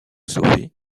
sauver